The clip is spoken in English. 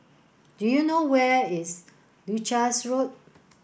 do you know where is Leuchars Road